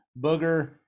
booger